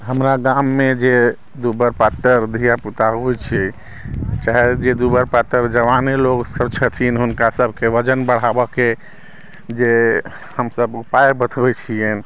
हमरा गाममे जे दूबर पातर धियापुता होइ छै चाहे जे दूबर पातर जवाने लोकसभ छथिन हुनकासभके वजन बढ़ाबयके जे हमसभ उपाय बतबै छियनि